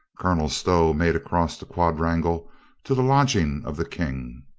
colonel stow made across the quadrangle to the lodging of the king.